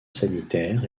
sanitaire